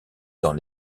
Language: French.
dans